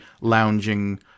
lounging